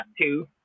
Two